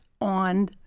on